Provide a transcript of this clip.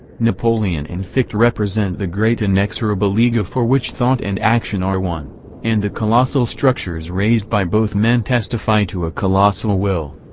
napoleon and fichte represent the great inexorable ego for which thought and action are one and the colossal structures raised by both men testify to a colossal will.